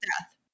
death